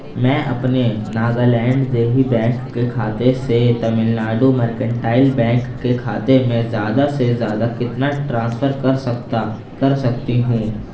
میں اپنے ناگا لینڈ دیہی بینک کے کھاتے سے تمل ناڈو مرکنٹائل بینک کے کھاتے میں زیادہ سے زیادہ کتنا ٹرانسفر کر سکتا کر سکتی ہوں